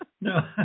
No